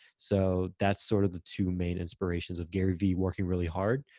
so that's sort of the two main inspirations of gary vee working really hard,